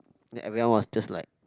then everyone was just like